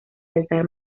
altar